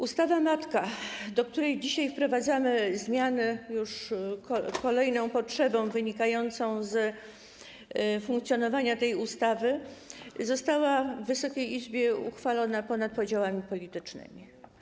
Ustawa matka, w przypadku której dzisiaj wprowadzamy zmiany w związku z kolejną już potrzebą wynikającą z funkcjonowania tej ustawy, została w Wysokiej Izbie uchwalona ponad podziałami politycznymi.